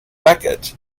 beckett